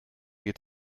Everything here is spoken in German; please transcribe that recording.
geht